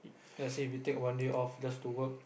let's say if you take one day off just to work